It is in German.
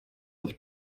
auf